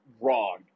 wrong